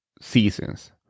seasons